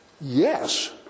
yes